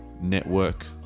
Network